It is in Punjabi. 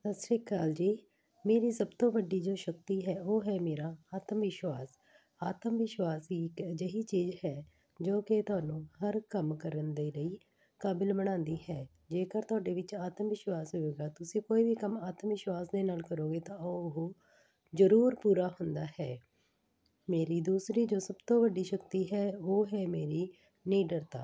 ਸਤਿ ਸ਼੍ਰੀ ਅਕਾਲ ਜੀ ਮੇਰੀ ਸਭ ਤੋਂ ਵੱਡੀ ਜੋ ਸ਼ਕਤੀ ਹੈ ਉਹ ਹੈ ਮੇਰਾ ਆਤਮ ਵਿਸ਼ਵਾਸ ਆਤਮ ਵਿਸ਼ਵਾਸ ਹੀ ਇੱਕ ਅਜਿਹੀ ਚੀਜ਼ ਹੈ ਜੋ ਕਿ ਤੁਹਾਨੂੰ ਹਰ ਕੰਮ ਕਰਨ ਦੇ ਲਈ ਕਾਬਿਲ ਬਣਾਉਂਦੀ ਹੈ ਜੇਕਰ ਤੁਹਾਡੇ ਵਿੱਚ ਆਤਮ ਵਿਸ਼ਵਾਸ ਹੋਏਗਾ ਤੁਸੀਂ ਕੋਈ ਵੀ ਕੰਮ ਆਤਮ ਵਿਸ਼ਵਾਸ ਦੇ ਨਾਲ ਕਰੋਗੇ ਤਾਂ ਉਹ ਜ਼ਰੂਰ ਪੂਰਾ ਹੁੰਦਾ ਹੈ ਮੇਰੀ ਦੂਸਰੀ ਜੋ ਸਭ ਤੋਂ ਵੱਡੀ ਸ਼ਕਤੀ ਹੈ ਉਹ ਹੈ ਮੇਰੀ ਨਿਡਰਤਾ